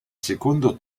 secondo